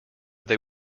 they